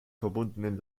verbundenen